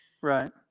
Right